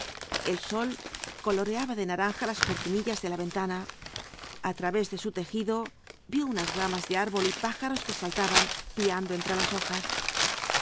el sol coloreaba de naranja las cortinillas de la ventana a través de su tejido vio unas ramas de árbol y pájaros que saltaban piando entre las hojas